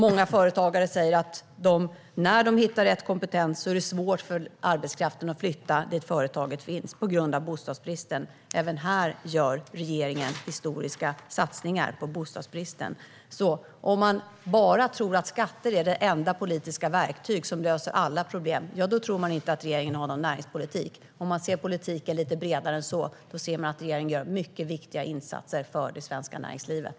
Många företagare säger att när de hittar rätt kompetens är det svårt för arbetskraften att flytta dit där företaget finns på grund av bostadsbristen. Även här gör regeringen historiska satsningar. Om man tror att skatter är det enda politiska verktyget som löser alla problem, ja, då tror man inte att regeringen har någon näringspolitik. Men om man ser politiken lite bredare än så ser man att regeringen gör mycket viktiga insatser för det svenska näringslivet.